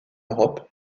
europe